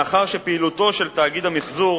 מאחר שפעילותו של תאגיד המיחזור